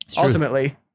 ultimately